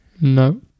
no